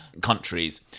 countries